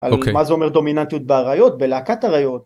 ‫על מה זה אומר דומיננטיות ‫באריות, בלהקת אריות.